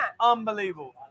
unbelievable